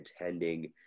attending